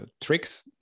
tricks